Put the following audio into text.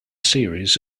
series